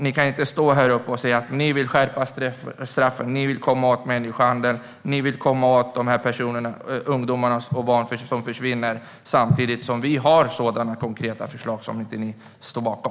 Ni kan inte stå här och säga att ni vill skärpa straffen, komma åt människohandeln, ta itu med ungdomars och barns försvinnanden, samtidigt som Liberalerna har sådana konkreta förslag som ni inte står bakom.